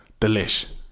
Delish